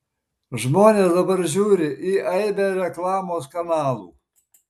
žmonės dabar žiūri į aibę reklamos kanalų